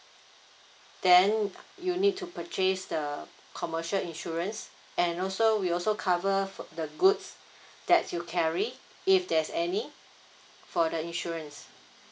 then you need to purchase the commercial insurance and also we also cover the goods that you carry if there's any for the insurance